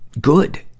good